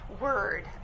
Word